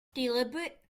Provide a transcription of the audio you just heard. deliberate